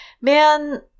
man